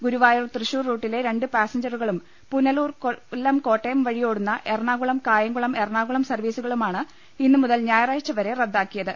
ഗുരുവായൂർ തൃശൂർ റൂട്ടിലെ രണ്ട് പാസഞ്ചറുകളും പുനലൂർ കൊല്ലം കോട്ടയം വഴി ഓടുന്ന എറണാകുളം കായംകുളം എ റണാകുളം സർവീസുകളുമാണ് ഇന്നു മുതൽ ഞായറാഴ്ച വരെ റദ്ദാക്കിയത്